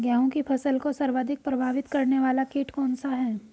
गेहूँ की फसल को सर्वाधिक प्रभावित करने वाला कीट कौनसा है?